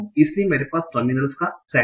इसलिए मेरे पास टर्मिनल्स का सेट है